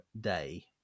day